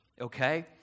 okay